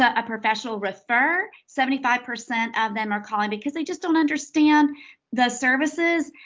a professional refer. seventy five percent of them are calling because they just don't understand the services,